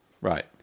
right